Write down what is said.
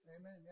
Amen